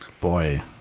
Boy